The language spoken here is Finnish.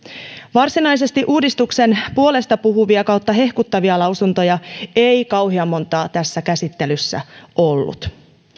varsinaisesti uudistuksen puolesta puhuvia hehkuttavia lausuntoja ei kauhean montaa tässä käsittelyssä ollut